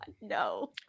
no